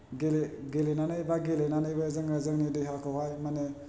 गेले गेलेनानै बा गेलेनानैबो जोङो जोंनि देहाखौहाय मानि